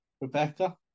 Rebecca